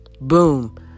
boom